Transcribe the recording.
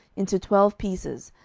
into twelve pieces,